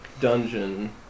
dungeon